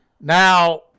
Now